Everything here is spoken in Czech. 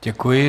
Děkuji.